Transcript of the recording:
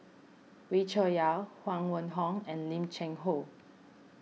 Wee Cho Yaw Huang Wenhong and Lim Cheng Hoe